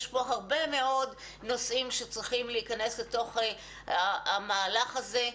יש פה הרבה מאוד נושאים שצריכים להיכנס לתוך המהלך הזה.